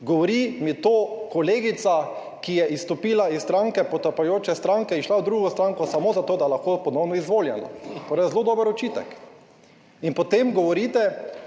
Govori mi to kolegica, ki je izstopila iz stranke, potapljajoče stranke in šla v drugo stranko samo zato, da je lahko ponovno izvoljena. Torej zelo dober očitek. In potem govorite,